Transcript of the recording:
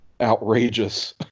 outrageous